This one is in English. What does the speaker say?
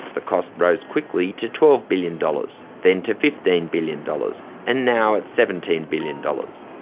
the cost rose quickly to twelve billion dollars, then to fifteen billion dollars and now it's seventeen billion dollars,